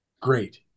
great